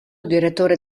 direttore